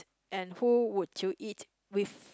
and who would you eat with